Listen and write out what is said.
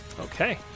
Okay